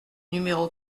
numéro